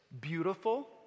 beautiful